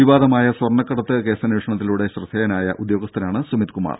വിവാദമായ സ്വർണക്കടത്ത് കേസന്വേഷണത്തിലൂടെ ശ്രദ്ധേയനായ ഉദ്യോഗസ്ഥനാണ് സുമീത് കുമാർ